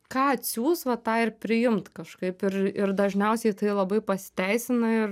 ką atsiųs va tą ir priimt kažkaip ir ir dažniausiai tai labai pasiteisina ir